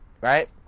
right